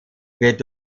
wird